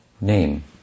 name